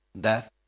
Death